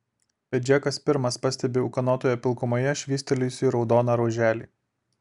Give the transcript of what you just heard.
bet džekas pirmas pastebi ūkanotoje pilkumoje švystelėjusį raudoną ruoželį